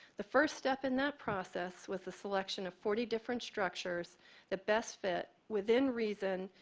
the first step in that process was the selection of forty different structures that best fit within reason.